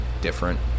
different